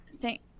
Thank